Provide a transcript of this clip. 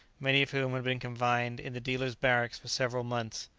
many of whom had been confined in the dealer's barracks for several months.